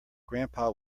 grandpa